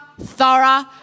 thorough